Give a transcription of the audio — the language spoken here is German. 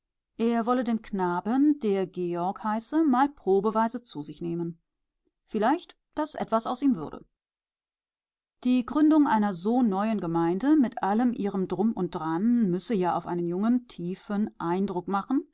er wolle den knaben der georg heiße mal probeweise zu sich nehmen vielleicht daß etwas aus ihm würde die gründung einer so neuen gemeinde mit allem ihrem drum und dran müsse ja auf einen jungen einen tiefen eindruck machen